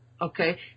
Okay